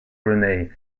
brunei